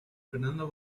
fernando